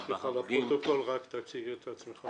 סליחה, לפרוטוקול רק תציג את עצמך.